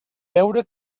veure